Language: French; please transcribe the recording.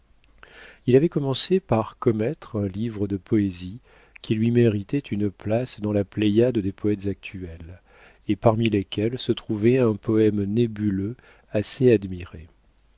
il avait commencé par commettre un livre de poésies qui lui méritait une place dans la pléiade des poètes actuels et parmi lesquelles se trouvait un poème nébuleux assez admiré